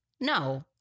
No